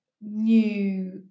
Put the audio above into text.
new